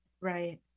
right